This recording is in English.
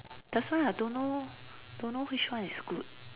that's why I don't know don't know which one is good